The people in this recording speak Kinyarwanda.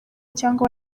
cyangwa